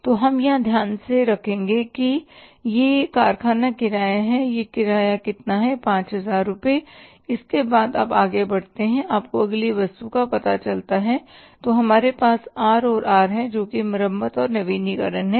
तो हम यहां ध्यान में रखेंगे कि यह कारखाना किराया है और यह किराया कितना है 5000 रुपये इसके बाद आप आगे बढ़ते हैं और आपको अगली वस्तु का पता चलता है तो हमारे पास आर और आर है जो कि मरम्मत और नवीनीकरण है